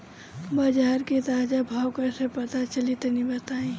बाजार के ताजा भाव कैसे पता चली तनी बताई?